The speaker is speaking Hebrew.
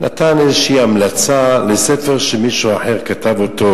נתן איזו המלצה לספר שמישהו אחר כתב אותו,